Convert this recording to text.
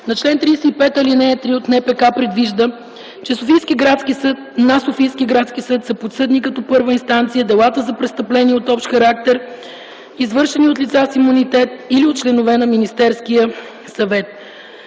на чл. 35, ал. 3 от НПК предвижда, че на Софийския градски съд са подсъдни като първа инстанция делата за престъпления от общ характер, извършени от лица с имунитет или от членове на Министерския съвет.